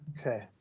Okay